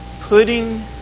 putting